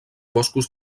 boscos